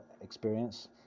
experience